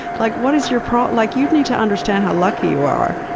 like what is your prob like you need to understand how lucky you are.